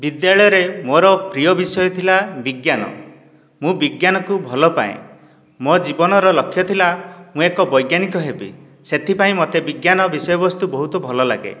ବିଦ୍ୟାଳୟରେ ମୋର ପ୍ରିୟ ବିଷୟ ଥିଲା ବିଜ୍ଞାନ ମୁଁ ବିଜ୍ଞାନକୁ ଭଲପାଏ ମୋ ଜୀବନର ଲକ୍ଷ୍ୟ ଥିଲା ମୁଁ ଏକ ବୈଜ୍ଞାନିକ ହେବି ସେଥିପାଇଁ ମତେ ବିଜ୍ଞାନ ବିଷୟବସ୍ତୁ ବହୁତ ଭଲଲାଗେ